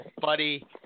buddy